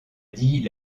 dit